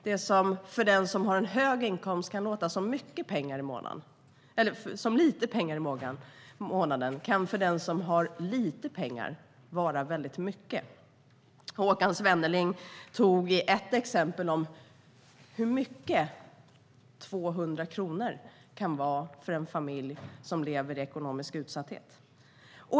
Det som för den som har hög inkomst kan låta som lite pengar i månaden kan för den som har lite pengar vara väldigt mycket. Håkan Svenneling tog upp ett exempel på hur mycket 200 kronor kan vara för en familj som lever i ekonomisk utsatthet.